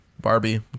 barbie